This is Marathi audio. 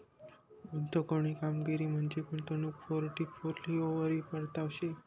गुंतवणूकनी कामगिरी म्हंजी गुंतवणूक पोर्टफोलिओवरी परतावा शे